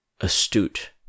astute